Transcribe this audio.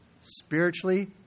Spiritually